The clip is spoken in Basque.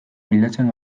bilatzen